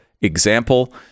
example